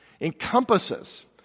encompasses